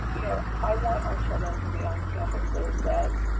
you know, i want our children to be on campuses that,